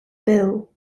bill